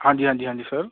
ਹਾਂਜੀ ਹਾਂਜੀ ਹਾਂਜੀ ਸਰ